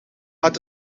had